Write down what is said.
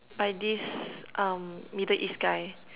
by this um middle-east guy